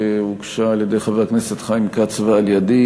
שהוגשה על-ידי חבר הכנסת חיים כץ ועל-ידי,